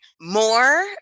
more